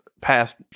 past